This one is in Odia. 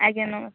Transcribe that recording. ଆଜ୍ଞା ନମସ୍କାର